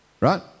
right